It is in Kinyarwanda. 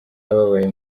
ababaye